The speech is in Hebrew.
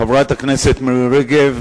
חברת הכנסת מירי רגב,